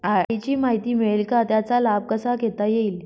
RD ची माहिती मिळेल का, त्याचा लाभ कसा घेता येईल?